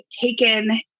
taken